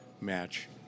match